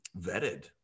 vetted